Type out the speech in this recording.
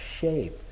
shape